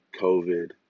COVID